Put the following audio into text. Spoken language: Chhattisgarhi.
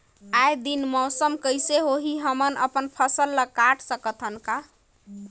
आय दिन मौसम कइसे होही, हमन अपन फसल ल काट सकत हन का?